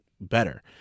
better